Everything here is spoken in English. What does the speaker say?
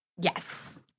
Yes